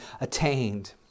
attained